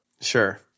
sure